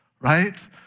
right